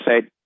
say